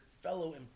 fellow